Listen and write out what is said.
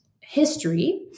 history